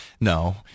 no